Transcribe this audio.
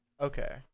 Okay